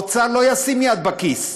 האוצר לא ישים יד בכיס.